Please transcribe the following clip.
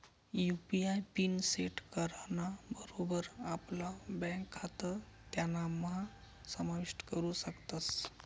UPI PIN set कराना बरोबर आपला ब्यांक खातं त्यानाम्हा समाविष्ट करू शकतस